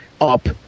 up